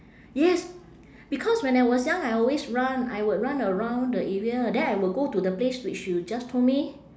yes because when I was young I always run I would run around the area then I will go to the place which you just told me